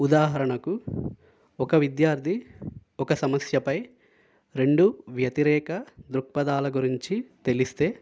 ఉదాహరణకు ఒక విద్యార్థి ఒక సమస్యపై రెండు వ్యతిరేక దృక్పథాల గురించి తెలిస్తే